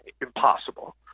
impossible